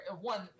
one